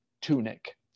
tunic